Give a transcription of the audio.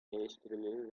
eleştirileri